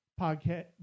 podcast